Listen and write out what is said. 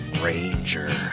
Ranger